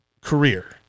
career